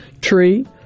tree